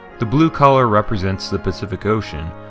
the blue color represents the pacific ocean,